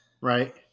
right